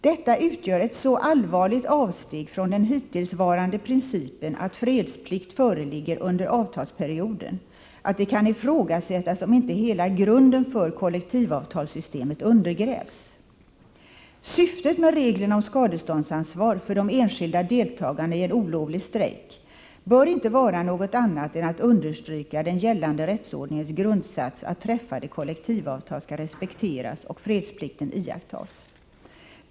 Detta utgör ett så allvarligt avsteg från den hittillsvarande principen att fredsplikt föreligger under avtalsperioden, att det kan ifrågasättas om inte hela grunden för kollektivavtalssystemet undergrävs. Syftet med reglerna om skadeståndsansvar för de enskilda deltagarna i en olovlig strejk bör inte vara något annat än att understryka den gällande rättsordningens grundsats, att träffade kollektivavtal skall respekteras och fredsplikten iakttas.